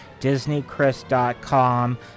disneychris.com